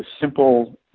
simple